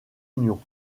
union